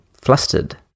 flustered